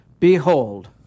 Behold